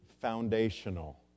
foundational